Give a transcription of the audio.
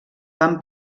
van